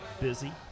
busy